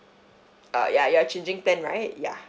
uh ya you are changing plan right ya